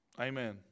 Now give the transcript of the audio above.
Amen